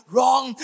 Wrong